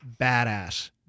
badass